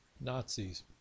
Nazis